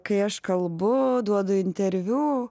kai aš kalbu duodu interviu